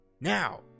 now